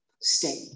Stay